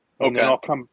Okay